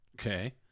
Okay